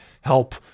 Help